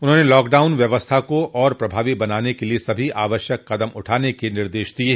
उन्होंने लॉकडाउन व्यवस्था को और प्रभावी बनाने के लिये सभी आवश्यक कदम उठाने के निर्देश दिये